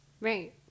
Right